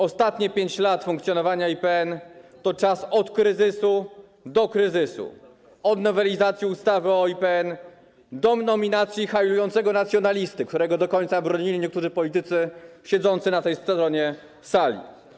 Ostatnie 5 lat funkcjonowania IPN to czas od kryzysu do kryzysu, od nowelizacji ustawy o IPN do nominacji hajlującego nacjonalisty, którego do końca bronili niektórzy politycy siedzący po tej stronie sali.